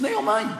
לפני יומיים,